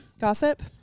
Gossip